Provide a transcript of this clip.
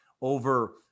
over